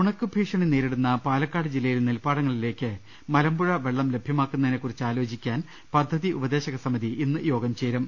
ഉണക്കുഭീഷണി നേരിടുന്ന പാലക്കാട് ജില്ലയിലെ നെൽപാടങ്ങളിലേക്കു മലമ്പുഴ വെള്ളം ലഭ്യമാക്കുന്നതിനെ കുറിച്ച് ആലോചിക്കാൻ പദ്ധതി ഉപദേശകസമിതി ഇന്ന് യോഗം ചേരും